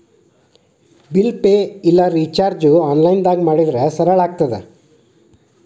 bill pay ಇಲ್ಲಾ ರಿಚಾರ್ಜ್ನ ಆನ್ಲೈನ್ದಾಗ ಮಾಡಿದ್ರ ಸರಳ ಆಗತ್ತ